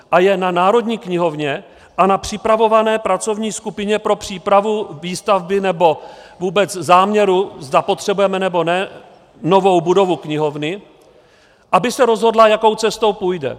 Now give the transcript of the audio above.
A je na Národní knihovně a na připravované pracovní skupině pro přípravu výstavby, nebo vůbec záměru, zda potřebujeme nebo ne novou budovu knihovny, aby se rozhodla, jakou cestou půjde.